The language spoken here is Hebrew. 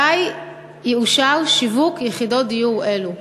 מתי יאושר שיווק יחידות דיור אלה?